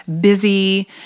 busy